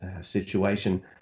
situation